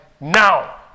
Now